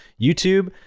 YouTube